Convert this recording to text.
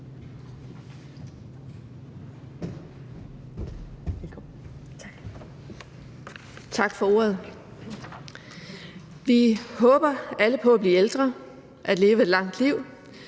Tak for ordet. Vi håber alle på at blive ældre og at leve et langt liv.